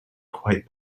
quite